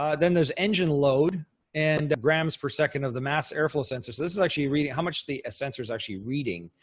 um then there's engine load and grams per second of the mass airflow sensor. so this is actually reading how much the sensor is actually reading,